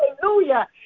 Hallelujah